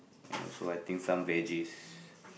and also I think some veggies